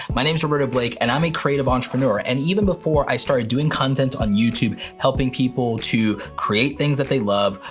my name is roberto blake and i'm a creative entrepreneur. and even before i started doing content on youtube, helping people to create things that they love,